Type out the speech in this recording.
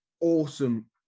awesome